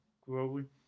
growing